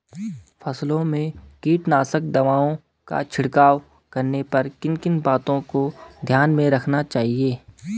फसलों में कीटनाशक दवाओं का छिड़काव करने पर किन किन बातों को ध्यान में रखना चाहिए?